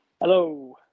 Hello